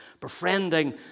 befriending